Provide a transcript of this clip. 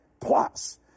Plus